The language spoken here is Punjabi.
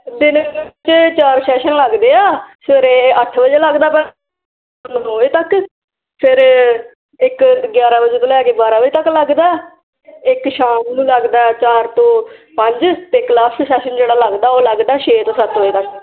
ਦਿਨ 'ਚ ਚਾਰ ਸੈਸ਼ਨ ਲੱਗਦੇ ਆ ਸਵੇਰੇ ਅੱਠ ਵਜੇ ਲੱਗਦਾ ਵਾ ਨੌਂ ਵਜੇ ਤੱਕ ਫਿਰ ਇੱਕ ਗਿਆਰਾਂ ਵਜੇ ਤੋਂ ਲੈ ਕੇ ਬਾਰਾਂ ਵਜੇ ਤੱਕ ਲੱਗਦਾ ਇੱਕ ਸ਼ਾਮ ਨੂੰ ਲੱਗਦਾ ਚਾਰ ਤੋਂ ਪੰਜ ਅਤੇ ਇੱਕ ਲਾਸਟ ਸੈਸ਼ਨ ਜਿਹੜਾ ਲੱਗਦਾ ਉਹ ਲੱਗਦਾ ਛੇ ਤੋਂ ਸੱਤ ਵਜੇ ਤੱਕ